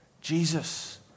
Jesus